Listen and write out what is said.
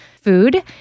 food